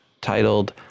titled